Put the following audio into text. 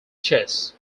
chess